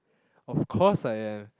of course I am